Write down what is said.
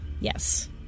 Yes